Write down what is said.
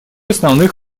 основных